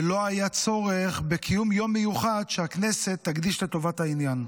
ולא היה צורך בקיום יום מיוחד שהכנסת תקדיש לטובת העניין.